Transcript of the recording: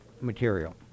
material